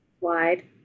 wide